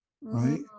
right